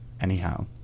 anyhow